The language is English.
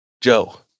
Joe